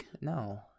No